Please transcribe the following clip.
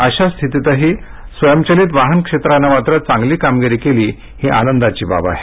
अशा स्थितीतही ऑटोमोबाईल क्षेत्रानं मात्र चांगली कामगिरी केली ही आनंदाची बाब आहे